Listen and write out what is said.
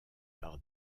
par